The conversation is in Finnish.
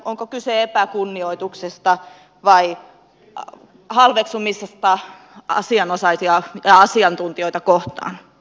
onko kyse epäkunnioituksesta vai halveksumisesta asianosaisia asiantuntijoita kohtaan